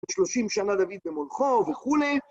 שלושים שנה דוד במולכו וכולי